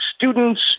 Students